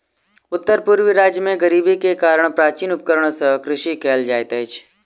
उत्तर पूर्वी राज्य में गरीबी के कारण प्राचीन उपकरण सॅ कृषि कयल जाइत अछि